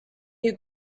you